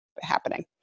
happening